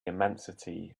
immensity